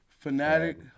Fanatic